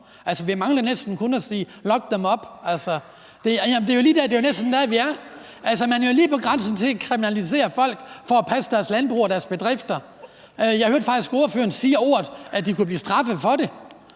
Vi mangler næsten kun at sige: Lock them up. Det er jo næsten der, vi er. Man er lige på grænsen til at kriminalisere folk for at passe deres landbrug og deres bedrifter. Jeg hørte faktisk ordføreren sige, at de kunne blive straffet for det.